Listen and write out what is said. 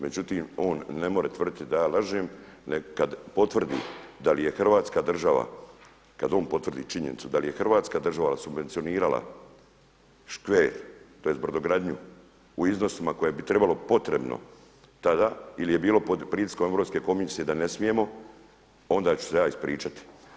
Međutim on ne može tvrditi da ja lažem nego kada potvrdi da li je Hrvatska država kada on potvrdi činjenicu da li je Hrvatska država subvencionirala Škver, tj. brodogradnju u iznosima koje bi trebalo potrebno tada ili je bilo pod pritiskom Europske komisije da ne smijemo onda ću se ja ispričati.